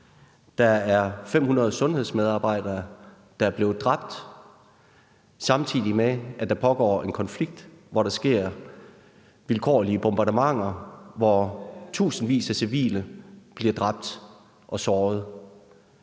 Der er 500 sundhedsmedarbejdere, der er blevet dræbt, samtidig med at der pågår en konflikt, hvor der sker vilkårlige bombardementer, hvor tusindvis af civile bliver dræbt og såret.